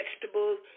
vegetables